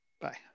Bye